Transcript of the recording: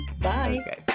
Bye